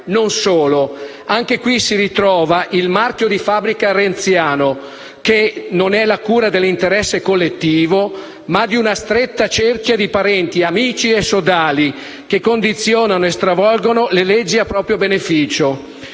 Non solo: anche qui si ritrova il marchio di fabbrica renziano, che è la cura non dell'interesse collettivo, ma di una ristretta cerchia di parenti, amici e sodali, che condizionano e stravolgono le leggi a proprio beneficio.